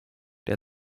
der